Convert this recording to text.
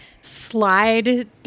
slide